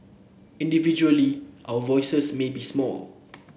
individually our voices may be small